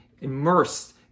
immersed